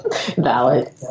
Valid